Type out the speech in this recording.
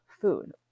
food